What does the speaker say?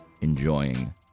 enjoying